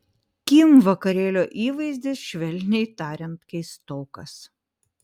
kim vakarėlio įvaizdis švelniai tariant keistokas